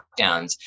lockdowns